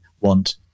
want